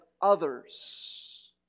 others